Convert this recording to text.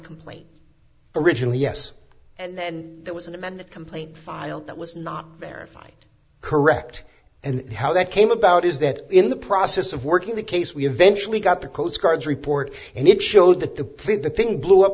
complaint originally yes and then there was an amended complaint filed that was not verified correct and how that came about is that in the process of working the case we eventually got the coastguards report and it showed that the plane the thing blew up